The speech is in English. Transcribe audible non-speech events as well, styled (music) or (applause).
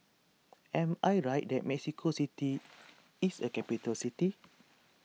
(noise) am I right that Mexico City (noise) is a capital (noise) city